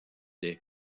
des